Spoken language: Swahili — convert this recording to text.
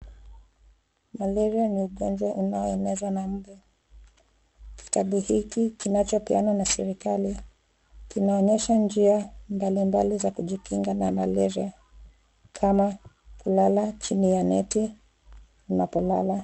Malaria ni ugonjwa unaoenezwa na mbu. Kitabu hiki kinachopeanwa na serikali kinaonyesha njia mbalimbali za kujikinga na malaria kama kulala chini ya neti unapolala.